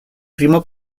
primo